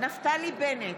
נפתלי בנט,